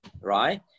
Right